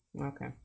Okay